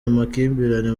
amakimbirane